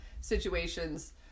situations